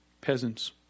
peasants